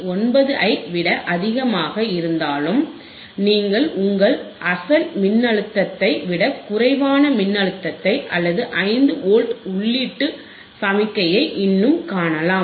9 ஐ விட அதிகமாக இருந்தாலும் நீங்கள் உங்கள் அசல் மின்னழுத்தத்தை விட குறைவான மின்னழுத்தத்தை அல்லது 5 வோல்ட் உள்ளீட்டு சமிக்ஞையை இன்னும் காணலாம்